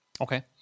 Okay